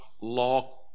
law